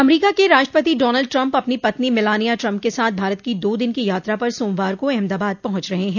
अमरीका के राष्ट्रपति Donald Trump अपनी पत्नी मिलानिया ट्रंप के साथ भारत की दो दिन की यात्रा पर सोमवार को अहमदाबाद पहुंच रहे हैं